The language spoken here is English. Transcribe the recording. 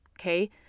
Okay